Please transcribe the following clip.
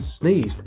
sneezed